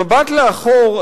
במבט לאחור,